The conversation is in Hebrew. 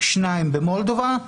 שניים במולדובה,